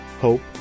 hope